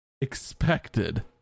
expected